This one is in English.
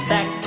Back